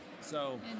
So-